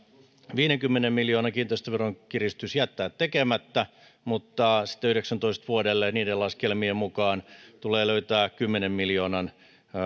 viidenkymmenen miljoonan kiinteistöveron kiristys jättää tekemättä mutta sitten vuodelle yhdeksäntoista niiden laskelmien mukaan tulee löytää kymmenen miljoonan